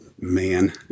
man –